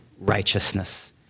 righteousness